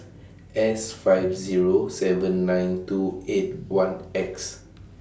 S five Zero seven nine two eight one X